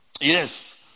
Yes